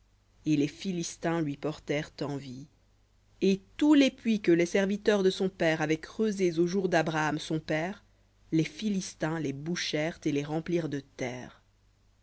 et les philistins lui portèrent envie et tous les puits que les serviteurs de son père avaient creusés aux jours d'abraham son père les philistins les bouchèrent et les remplirent de terre